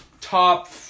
top